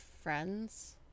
friends